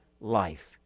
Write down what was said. life